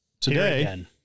Today